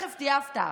תכף תהיה הפתעה.